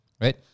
right